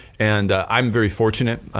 and i'm very fortunate,